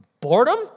Boredom